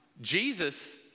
Jesus